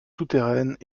souterraines